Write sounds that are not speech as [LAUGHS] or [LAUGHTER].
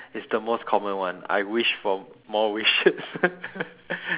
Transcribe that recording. it's the most common one I wish for more wishes [LAUGHS]